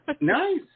Nice